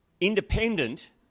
independent